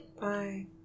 Bye